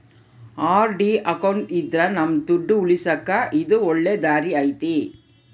RD account ಇದ್ರ ನಮ್ ದುಡ್ಡು ಉಳಿಸಕ ಇದು ಒಳ್ಳೆ ದಾರಿ ಐತಿ